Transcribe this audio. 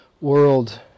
world